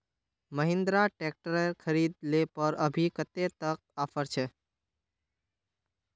Mahindra tractor खरीद ले पर अभी कतेक तक ऑफर छे?